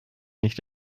nicht